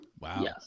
Wow